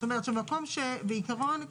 בעיקרון,